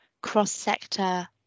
cross-sector